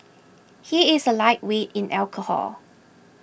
he is a lightweight in alcohol